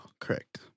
Correct